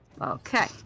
Okay